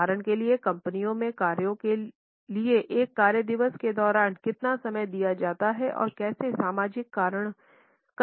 उदाहरण के लिए कंपनी के कार्यों के लिए एक कार्य दिवस के दौरान कितना समय दिया जाता है और कैसे सामाजिक करण के लिए कितना समय दिया जाता है